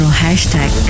hashtag